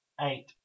eight